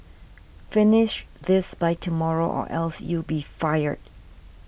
finish this by tomorrow or else you'll be fired